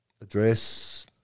address